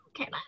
Okay